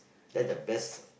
that's the best